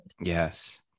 Yes